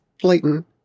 blatant